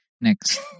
Next